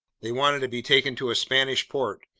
they wanted to be taken to a spanish port,